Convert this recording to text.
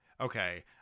okay